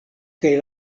kaj